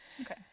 okay